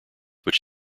which